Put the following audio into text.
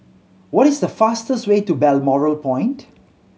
what is the fastest way to Balmoral Point